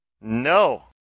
No